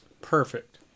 Perfect